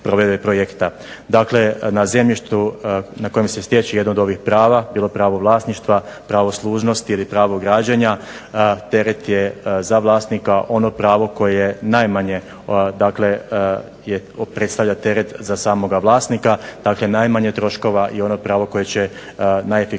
na zemljištu na kojem se stječe jedno od ovih prava bilo pravo vlasništva, pravo služnosti ili pravo građenja teret je za vlasnika ono pravo koje najmanje predstavlja teret za samoga vlasnika, dakle najmanje troškova i ono pravo koje će najefikasnije